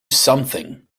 something